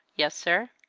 yes, sir.